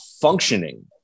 functioning